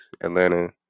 Atlanta